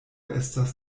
estas